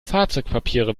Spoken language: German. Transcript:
fahrzeugpapiere